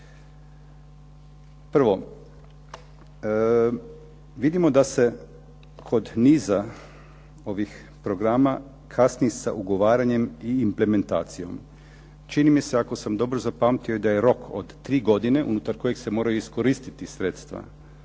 Prvo, vidimo da se kod niza ovih programa kasni sa ugovaranjem i implementacijom. Čini mi se ako sam dobro zapamtio da je rok od tri godine unutar kojeg se moraju iskoristiti sredstva.